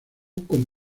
con